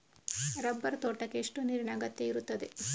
Rubber ತೋಟಕ್ಕೆ ಎಷ್ಟು ನೀರಿನ ಅಗತ್ಯ ಇರುತ್ತದೆ?